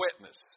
witness